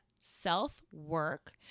self-work